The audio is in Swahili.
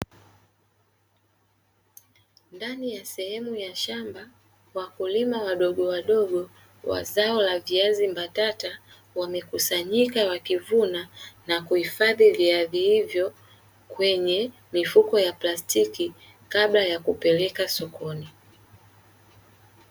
Ndani ya sehemu ya shamba wakulima wadogowadogo wa zao la viazi mbatata, wamekusanyika wakivuna na kuhifadhi viazi hivyo kwenye mifuko ya plastiki, kabla ya kupeleka sokoni.